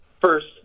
first